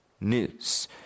news